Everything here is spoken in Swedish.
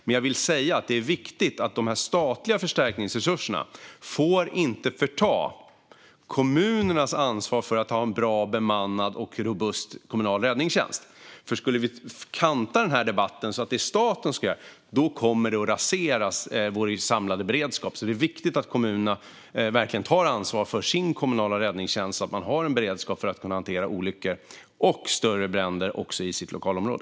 Men jag vill säga att det är viktigt att de statliga förstärkningsresurserna inte får förta kommunernas ansvar för att ha en bra bemannad och robust kommunal räddningstjänst. Kantar vi den här debatten så att det är staten som ska göra det kommer vår samlade beredskap att raseras. Det är alltså viktigt att kommunerna verkligen tar ansvar för sin kommunala räddningstjänst så att man har en beredskap för att kunna hantera olyckor och större bränder i sitt lokalområde.